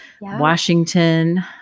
washington